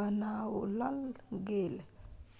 बनाओल गेल